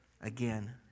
again